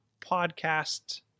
podcast